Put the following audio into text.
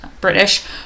british